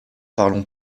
parlons